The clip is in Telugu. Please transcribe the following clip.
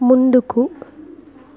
ముందుకు